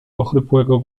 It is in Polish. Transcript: ochrypłego